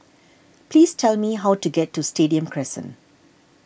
please tell me how to get to Stadium Crescent